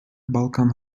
balkan